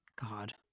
god